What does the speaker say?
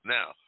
Now